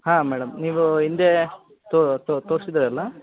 ಹಾಂ ಮೇಡಮ್ ನೀವು ಹಿಂದೆ ತೋರಿಸಿದ್ರಲ್ಲ